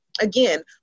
again